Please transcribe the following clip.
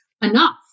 Enough